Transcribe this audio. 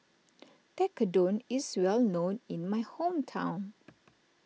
Tekkadon is well known in my hometown